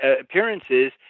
appearances